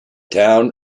town